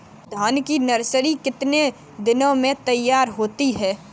धान की नर्सरी कितने दिनों में तैयार होती है?